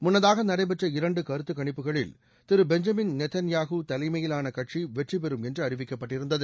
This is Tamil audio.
முன்னதாக நடைபெற்ற இரண்டு கருத்து கணிப்புகளில் திரு பெஞ்சமின் நேத்தன் யாகூ தலைமையிலான கட்சி வெற்றி பெறும் என்று அறிவிக்கப்பட்டிருந்தது